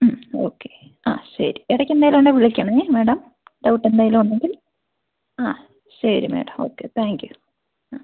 ഉം ഓക്കെ ആ ശരി ഇടയ്ക്ക് എന്തെങ്കിലും ഉണ്ടെങ്കിൽ വിളിക്കണേ മാഡം ഡൗട്ട് എന്തെങ്കിലും ഉണ്ടെങ്കിൽ ആ ശരി മാഡം ഓക്കെ താങ്ക് യൂ ആ